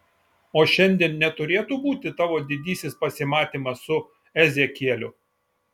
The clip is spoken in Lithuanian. o šiandien neturėtų būti tavo didysis pasimatymas su ezekieliu